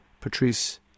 Patrice